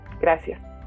Gracias